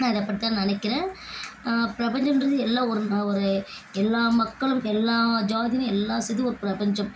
நான் இதை அப்படிதான் நினைக்கிறேன் பிரபஞ்சம்ன்றது எல்லா ஒரு ஒரு எல்லா மக்களும் எல்லா ஜாதிலேயும் எல்லாம் சேர்த்து ஒரு பிரபஞ்சம்